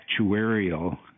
actuarial